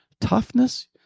toughness